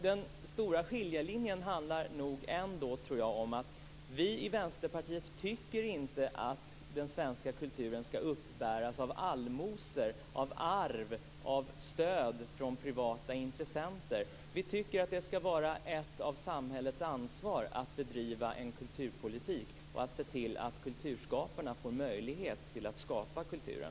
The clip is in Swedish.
Den stora skiljelinjen handlar nog, tror jag, om att vi i Vänsterpartiet inte tycker att den svenska kulturen skall uppbäras av allmosor, arv och stöd från privata intressenter. Vi tycker att det skall vara samhällets ansvar att bedriva en kulturpolitik och se till att kulturskaparna får möjlighet att skapa kulturen.